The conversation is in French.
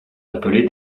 appelés